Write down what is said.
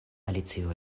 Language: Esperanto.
alicio